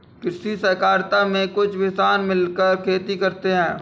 कृषि सहकारिता में कुछ किसान मिलकर खेती करते हैं